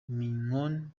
mignone